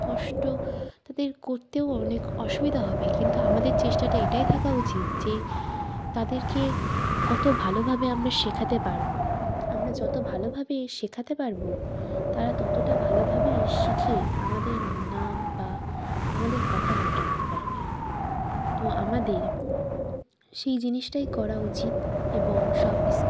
কষ্ট তাদের করতেও অনেক অসুবিধা হবে কিন্তু আমাদের চেষ্টাটা এটাই থাকা উচিত যে তাদেরকে কত ভালোভাবে আমরা শেখাতে পারব আমরা যত ভালোভাবে শেখাতে পারব তারা ততটা ভালোভাবেই শিখে আমাদের নাম বা আমাদের কথা মনে রাখতে পারবে তো আমাদের সেই জিনিসটাই করা উচিত এবং সব স্কুল